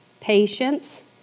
patience